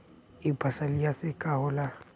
ई फसलिया से का होला?